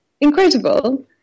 incredible